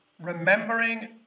remembering